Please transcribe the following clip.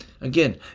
Again